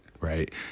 Right